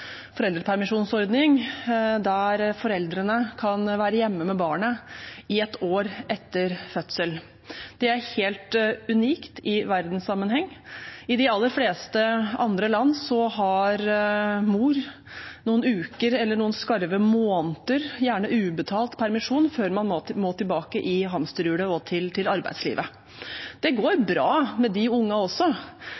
foreldrepermisjonsordning, der foreldrene kan være hjemme med barnet i et år etter fødsel. Det er helt unikt i verdenssammenheng. I de aller fleste andre land har mor noen uker eller noen skarve måneder med gjerne ubetalt permisjon før man må tilbake i hamsterhjulet og til arbeidslivet. Det går